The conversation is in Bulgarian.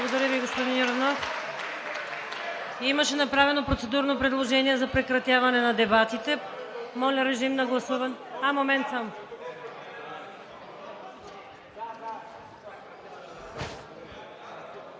Благодаря Ви, господин Йорданов. Имаше направено процедурно предложение за прекратяване на дебатите. Моля, режим на гласуване на